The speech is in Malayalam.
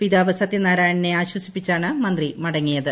പിതാവ് സത്യനാരായണനെ ആശ്വസിപ്പിച്ചാണ് മന്ത്രി മടങ്ങിയത്